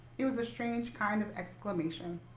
it was a strange kind of exclamation.